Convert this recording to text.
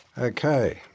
Okay